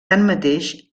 tanmateix